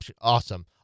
awesome